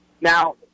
Now